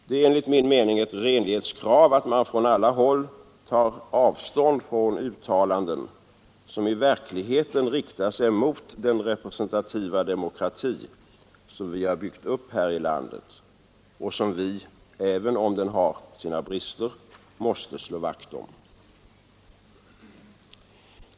Det är enligt min mening ett renlighetskrav att man från alla håll tar avstånd från uttalanden, som i verkligheten riktar sig mot den representativa demokrati som vi har byggt upp här i landet och som vi, även om den har sina brister, måste slå vakt om.